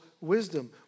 wisdom